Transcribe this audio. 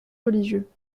religieux